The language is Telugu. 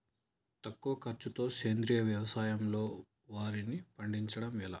తక్కువ ఖర్చుతో సేంద్రీయ వ్యవసాయంలో వారిని పండించడం ఎలా?